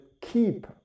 keep